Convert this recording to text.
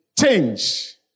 change